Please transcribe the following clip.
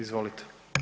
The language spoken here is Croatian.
Izvolite.